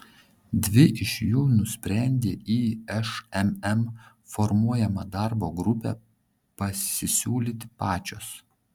dvi iš jų nusprendė į šmm formuojamą darbo grupę pasisiūlyti pačios